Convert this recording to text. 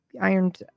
ironed